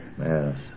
Yes